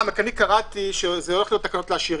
קראתי שזה הולך להיות תקנות לעשירים.